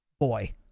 Boy